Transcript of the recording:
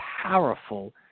powerful